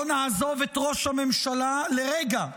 לא נעזוב את ראש הממשלה לרגע,